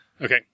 okay